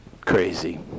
crazy